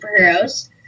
superheroes